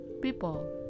people